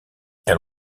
elle